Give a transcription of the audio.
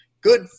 good